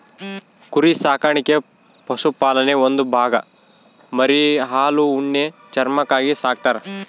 ಕುರಿ ಸಾಕಾಣಿಕೆ ಪಶುಪಾಲನೆಯ ಒಂದು ಭಾಗ ಮರಿ ಹಾಲು ಉಣ್ಣೆ ಚರ್ಮಕ್ಕಾಗಿ ಸಾಕ್ತರ